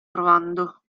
provando